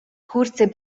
kurze